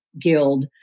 Guild